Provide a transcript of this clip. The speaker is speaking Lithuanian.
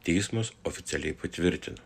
teismas oficialiai patvirtino